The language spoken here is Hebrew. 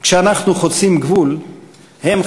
כשאנחנו חוצים גבול הם,